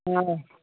हा